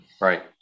Right